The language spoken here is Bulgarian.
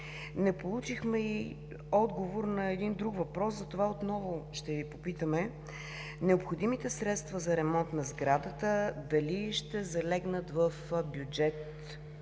Не получихме отговор и на един друг въпрос, затова отново ще Ви попитаме: дали необходимите средства за ремонт на сградата ще залегнат в бюджета